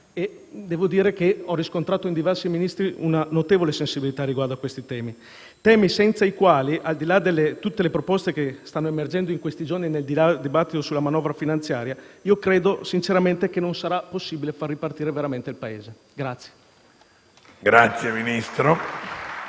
e devo dire che ho riscontrato in diversi Ministri una notevole sensibilità nei loro riguardi, senza i quali, al di là di tutte le proposte che stanno emergendo in questi giorni nel dibattito sulla manovra finanziaria, io credo sinceramente che non sarà possibile far ripartire veramente il Paese.